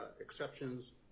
exceptions